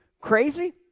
crazy